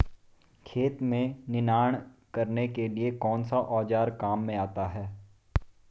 खेत में निनाण करने के लिए कौनसा औज़ार काम में आता है?